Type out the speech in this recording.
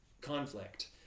conflict